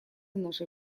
нашей